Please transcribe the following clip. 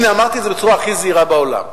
הנה, אמרתי את זה בצורה הכי זהירה בעולם.